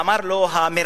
אמר לו המראיין: